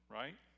right